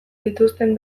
dituzten